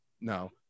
no